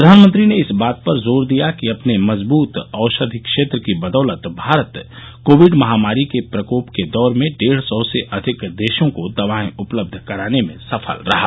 प्रधानमंत्री ने इस बात पर जोर दिया कि अपने मजबूत औषधि क्षेत्र की बदौलत भारत कोविड महामारी के प्रकोप के दौर में डेढ़ सौ से अधिक देशों को दवाएं उपलब्ध कराने में सफल रहा